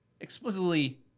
explicitly